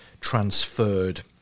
transferred